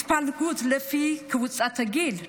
התפלגות לפי קבוצת הגיל,